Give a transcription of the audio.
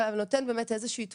אבל נותן באמת איזושהי תמונה,